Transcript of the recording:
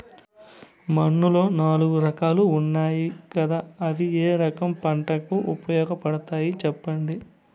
మన్నులో నాలుగు రకాలు ఉన్నాయి కదా అవి ఏ రకం పంటలకు ఉపయోగపడతాయి చెప్పండి?